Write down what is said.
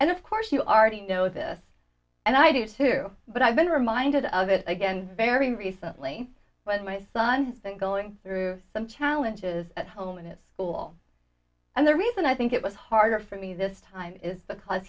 and of course you already know this and i do too but i've been reminded of it again very recently but my son has been going through some challenges at home in this school and the reason i think it was harder for me this time is because